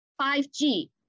5G